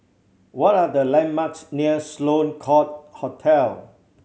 what are the landmarks near Sloane Court Hotel